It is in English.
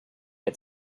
had